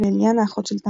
ואליאנה אחות של טלי.